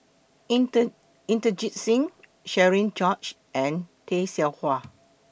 intern Inderjit Singh Cherian George and Tay Seow Huah